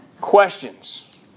Questions